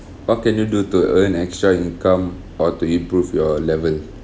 what can you do to earn extra income or to improve your level